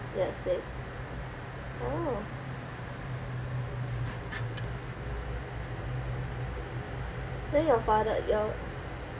netflix oh then your father your